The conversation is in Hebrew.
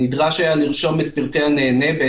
לא חושבת שזה מאוד מכביד, זה